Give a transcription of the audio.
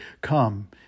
Come